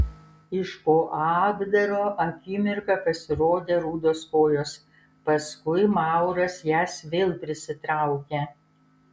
iš po apdaro akimirką pasirodė rudos kojos paskui mauras jas vėl prisitraukė